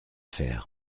faire